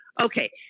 okay